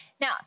Now